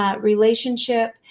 relationship